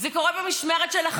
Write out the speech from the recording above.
זה קורה במשמרת שלכם.